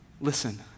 Listen